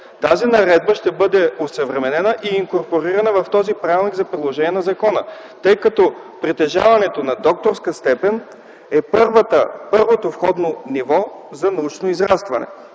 Тази наредба ще бъде осъвременена и инкорпорирана в този правилник за приложението на закона. Притежаването на докторска степен е първото входно ниво за научно израстване.